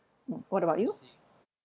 mm what about you